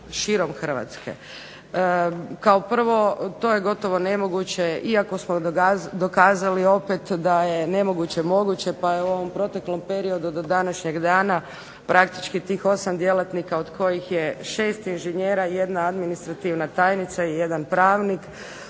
širom Hrvatske. Kao prvo to je gotovo nemoguće, iako smo dokazali opet da je nemoguće moguće, pa je u ovom proteklom periodu do današnjeg dana praktički tih 8 djelatnika od kojih je 6 inženjera i jedna administrativna tajnica i jedan pravnik